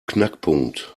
knackpunkt